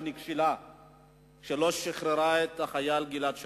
נכשלה כשהיא לא שחררה את החייל גלעד שליט.